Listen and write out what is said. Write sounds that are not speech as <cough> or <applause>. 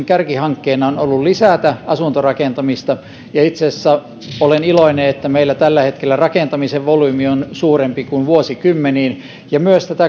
<unintelligible> kärkihankkeena on ollut lisätä asuntorakentamista ja itse asiassa olen iloinen että meillä tällä hetkellä rakentamisen volyymi on suurempi kuin vuosikymmeniin ja myös tämän